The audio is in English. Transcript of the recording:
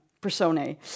personae